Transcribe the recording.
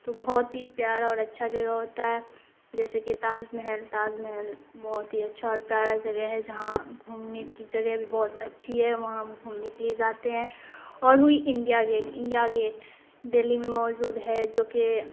تو بہت ہی پیارا اور اچھا جگہ ہوتا ہے جیسے کہ تاج محل تاج محل بہت ہی اچھا اور پیارا جگہ ہے جہاں گھومنے کی جگہ بھی بہت اچھی ہے وہاں ہم گھومنے کے لیے جاتے ہیں اور ہوئی India Gate India Gate Delhi میں موجود ہے جو کہ